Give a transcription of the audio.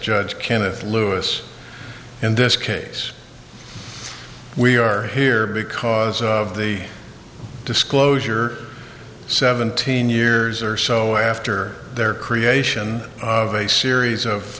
judge kenneth lewis in this case we are here because of the disclosure seventeen years or so after their creation of a series of